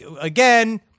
again